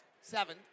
seven